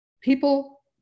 People